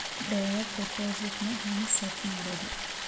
Direct deposit ನ ಹೆಂಗ್ set ಮಾಡೊದು?